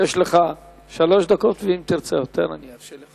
יש לך שלוש דקות, ואם תרצה יותר אני אאפשר לך.